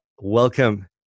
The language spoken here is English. welcome